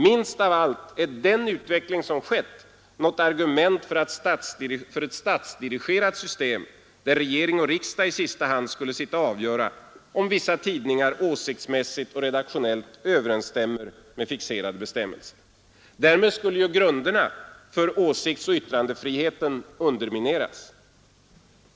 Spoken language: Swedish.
Minst av allt är den utveckling som skett något argument för ett statsdirigerat system där regering och riksdag i sista hand skulle sitta och avgöra om vissa tidningar åsiktsmässigt och redaktionellt överensstämmer med fixerade bestämmelser. Därmed skulle grunderna för åsiktsoch yttrandefriheten undermineras.